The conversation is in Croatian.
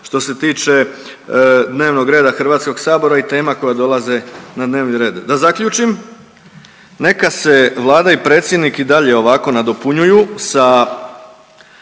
što se tiče dnevnog reda HS-a i tema koje dolaze na dnevni red. Da zaključim, neka se vlada i predsjednik i dalje ovako nadopunjuju sa